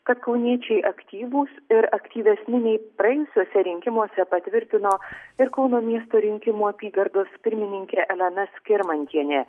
kad kauniečiai aktyvūs ir aktyvesni nei praėjusiuose rinkimuose patvirtino ir kauno miesto rinkimų apygardos pirmininkė elena skirmantienė